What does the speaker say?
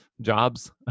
jobs